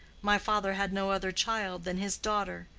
my father had no other child than his daughter,